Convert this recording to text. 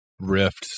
Rifts